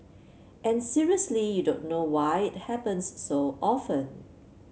and seriously you don't know why it happens so often